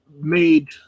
made